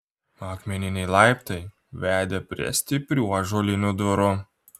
akmeniniai laiptai vedė prie stiprių ąžuolinių durų